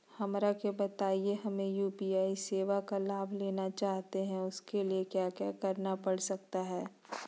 हमरा के बताइए हमें यू.पी.आई सेवा का लाभ लेना चाहते हैं उसके लिए क्या क्या करना पड़ सकता है?